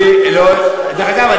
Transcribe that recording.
דרך אגב,